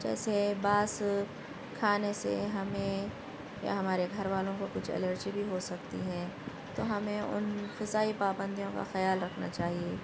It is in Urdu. جیسے بعض کھانے سے ہمیں یا ہمارے گھر والوں کو کچھ الرجی بھی ہو سکتی ہے تو ہمیں ان کی ساری پابندیوں کا خیال رکھنا چاہیے